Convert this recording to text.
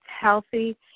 healthy